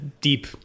deep